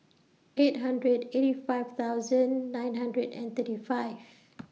eight hundred eighty five thousand nine hundred and thirty five